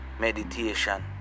meditation